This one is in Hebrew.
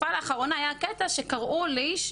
בחיפה לאחרונה היה קטע שקראו על איש,